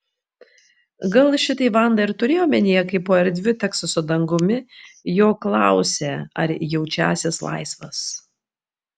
gal šitai vanda ir turėjo omenyje kai po erdviu teksaso dangumi jo klausė ar jaučiąsis laisvas